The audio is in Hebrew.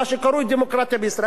מה שקרוי דמוקרטיה בישראל,